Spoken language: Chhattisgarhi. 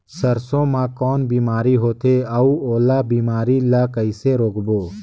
सरसो मा कौन बीमारी होथे अउ ओला बीमारी ला कइसे रोकबो?